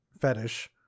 fetish